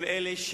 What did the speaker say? הם אלה,